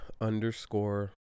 underscore